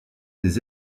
des